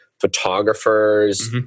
photographers